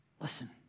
Listen